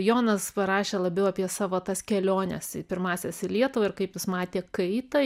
jonas parašė labiau apie savo tas keliones į pirmąsias į lietuvą ir kaip jis matė kaitą